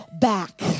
back